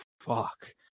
fuck